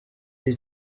iyi